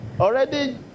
Already